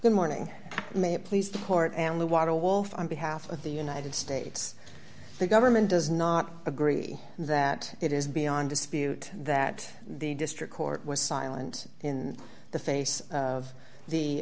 the morning may it please the court and the water wolf on behalf of the united states the government does not agree that it is beyond dispute that the district court was silent in the face of the